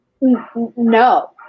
No